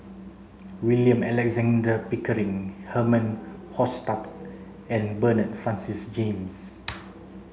William Alexander Pickering Herman Hochstadt and Bernard Francis James